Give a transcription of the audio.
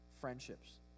friendships